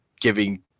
giving